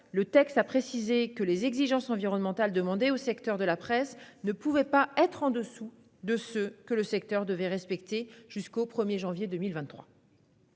le texte a précisé que les exigences environnementales qui s'appliquent au secteur de la presse ne pourront pas être en dessous de celles que le secteur doit respecter jusqu'au 1 janvier 2023.